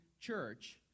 church